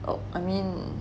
oh I mean